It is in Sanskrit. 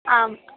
आम्